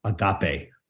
agape